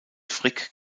frick